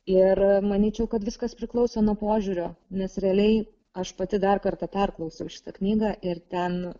ir manyčiau kad viskas priklauso nuo požiūrio nes realiai aš pati dar kartą perklausiau šitą knygą ir ten